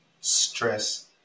stress